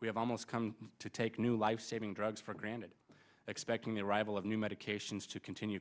we have almost come to take new lifesaving drugs for granted expecting the arrival of new medications to continue